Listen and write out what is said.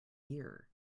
year